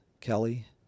Kelly